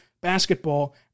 basketball